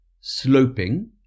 sloping